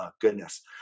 Goodness